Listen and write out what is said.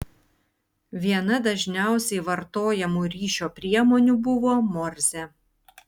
viena dažniausiai vartojamų ryšio priemonių buvo morzė